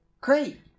Great